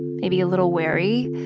maybe a little wary,